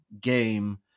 game